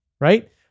right